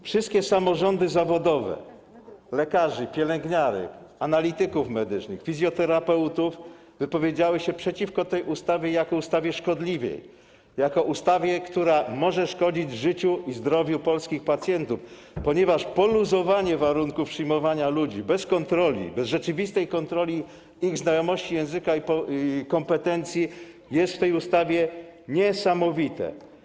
Wszystkie samorządy zawodowe: lekarzy, pielęgniarek, analityków medycznych, fizjoterapeutów, wypowiedziały się przeciwko tej ustawie jako ustawie szkodliwej, ustawie, która może szkodzić życiu i zdrowiu polskich pacjentów, ponieważ poluzowanie warunków przyjmowania ludzi bez rzeczywistej kontroli ich znajomości języka oraz kompetencji jest w przypadku tej ustawy niesamowite.